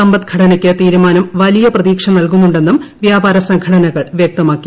സമ്പദ്ഘടനയ്ക്ക് തീരുമാനം വലിയ പ്രതീക്ഷ നൽകുന്നുണ്ടെന്നും വ്യാപാര സംഘടനകൾ വ്യക്തമാക്കി